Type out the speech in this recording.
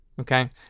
okay